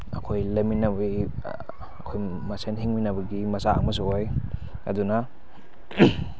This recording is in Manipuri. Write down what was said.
ꯑꯩꯈꯣꯏ ꯂꯩꯃꯤꯟꯅꯕꯒꯤ ꯑꯩꯈꯣꯏ ꯃꯁꯦꯜ ꯍꯤꯡꯃꯤꯟꯅꯕꯒꯤ ꯃꯆꯥꯛ ꯑꯃꯁꯨ ꯑꯣꯏ ꯑꯗꯨꯅ